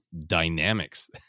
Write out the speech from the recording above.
dynamics